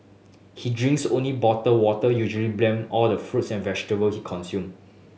he drinks only bottled water usually blend all the fruits and vegetable he consume